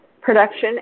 production